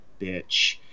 bitch